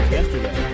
yesterday